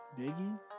Biggie